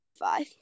five